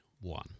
one